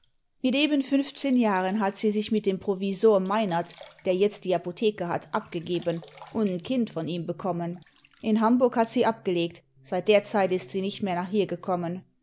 mit eben fünfzehn jahren hat sie sich mit dem provisor meinert der jetzt die apotheke hat abgegeben und n kind von ihm bekommen in hamburg hat sie abgelegt seit der zeit ist sie nicht mehr nach hier gekommen